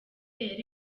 yari